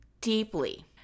deeply